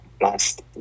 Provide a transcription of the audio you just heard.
Last